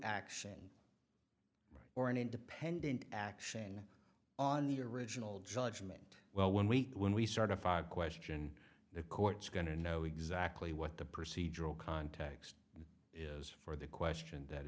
action or an independent action on the original judgment well when we when we start a five question the court's going to know exactly what the procedural context is for the question that